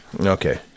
Okay